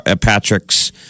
Patrick's